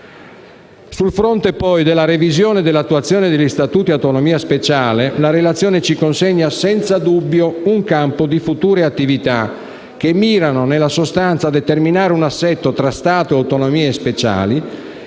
Sul fronte poi della revisione e dell'attuazione degli Statuti ad autonomia speciale la relazione ci consegna senza dubbio un campo di future attività, che mirano nella sostanza a determinare un assetto tra Stato e autonomie speciali